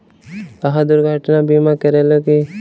अहाँ दुर्घटना बीमा करेलौं की?